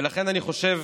ולכן אני חושב